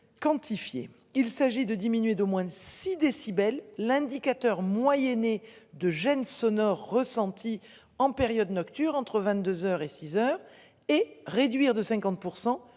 Quantifier. Il s'agit de diminuer d'au moins 6 décibels, l'indicateur moyenner de gêne sonore ressenti en période nocturne entre 22h et 6h et réduire de 50%